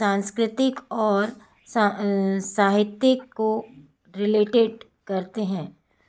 सांस्कृतिक और साहित्यिक को रिलेटेड करते हैं